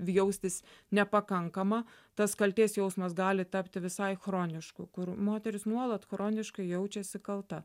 jaustis nepakankama tas kaltės jausmas gali tapti visai chronišku kur moteris nuolat chroniškai jaučiasi kalta